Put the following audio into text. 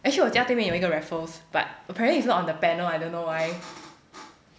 actually 我家对面有一个 raffles but apparently it's not on the panel I don't know why